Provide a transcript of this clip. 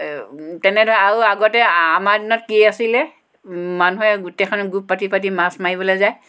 তেনেদৰে আৰু আগতে আমাৰ দিনত কি আছিলে মানুহে গোটেইখন গোট পাটি পাটি মাছ মাৰিবলৈ যায়